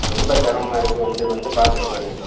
ரொம்ப சிரமமா இருக்குது வந்து வந்து பார்த்துட்டு போயிருங்கள்